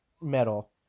metal